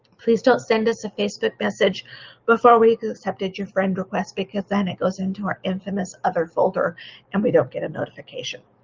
please don't send us a facebook message before we have accepted your friend request because then it goes into our infamous other folder and we don't get a notification.